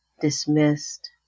dismissed